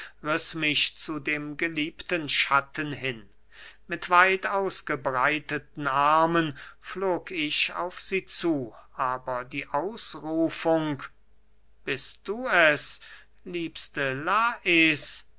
riß mich zu dem geliebten schatten hin mit weit ausgebreiteten armen flog ich auf sie zu aber die ausrufung bist du es liebste lais